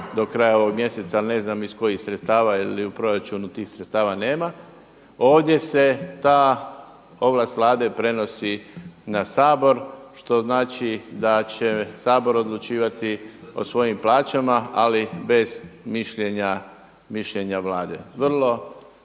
do kraja ovog mjeseca ali ne znam iz kojih sredstava jer u proračunu tih sredstva nema. Ovdje se ta ovlast Vlade prenosi na Sabor što znači da će Sabor odlučivati o svojim plaćama ali bez mišljenja Vlade. Vrlo